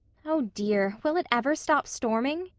oh, dear, will it ever stop storming.